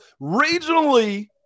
regionally